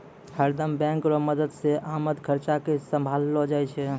हरदम बैंक रो मदद से आमद खर्चा के सम्हारलो जाय छै